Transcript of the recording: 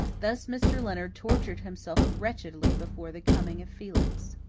thus mr. leonard tortured himself wretchedly before the coming of felix.